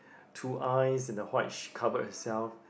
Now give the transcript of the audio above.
two eyes and the white sh~ covered herself